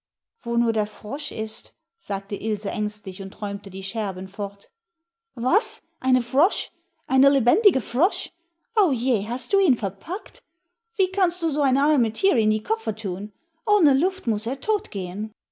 wo nur der frosch ist sagte ilse ängstlich und räumte die scherben fort was eine frosch eine lebendige frosch o je hast du ihn verpackt wie kannst du so eine arme tier in die koffer thun ohne luft muß er tot